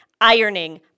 ironing